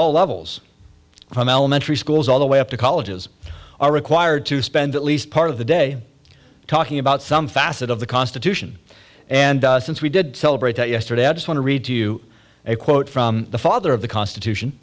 all levels from elementary schools all the way up to colleges are required to spend at least part of the day talking about some facet of the constitution and since we did celebrate that yesterday i just want to read to you a quote from the father of the constitution